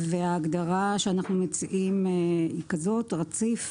ההגדרה שאנחנו מציעים היא: ""רציף"